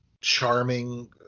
charming